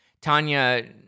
Tanya